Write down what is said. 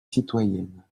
citoyennes